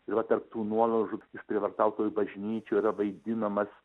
ir va tarp tų nuolaužų išprievartautoj bažnyčioj yra vaidinamas